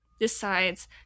decides